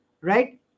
right